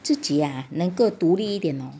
自己啊能够独立一点 orh